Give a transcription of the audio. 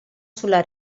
sulla